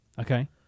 Okay